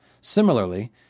Similarly